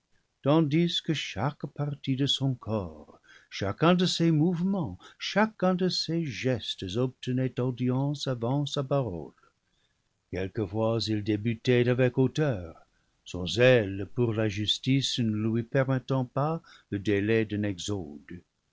tandis que chaque partie de son corps chacun de ses mouvements chacun de ses gestes obtetenaient audience avant sa parole quelquefois il débutait avec hauteur son zèle pour la justice ne lui permettant pas le délai d'un exode